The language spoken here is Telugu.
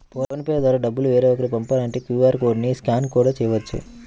ఫోన్ పే ద్వారా డబ్బులు వేరొకరికి పంపాలంటే క్యూ.ఆర్ కోడ్ ని స్కాన్ కూడా చేయవచ్చు